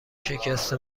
شکست